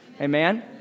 Amen